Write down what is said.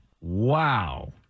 Wow